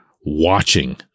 watching